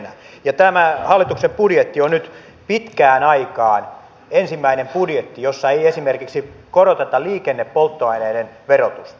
ja tämä hallituksen budjetti on nyt pitkään aikaan ensimmäinen budjetti jossa ei esimerkiksi koroteta liikennepolttoaineiden verotusta